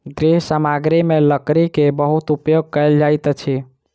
गृह सामग्री में लकड़ी के बहुत उपयोग कयल जाइत अछि